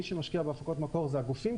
מי שמשקיע בהפקות מקור הם הגופים,